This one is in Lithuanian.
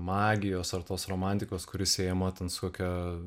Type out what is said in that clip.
magijos ar tos romantikos kuri siejama ten su kokia